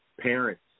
Parents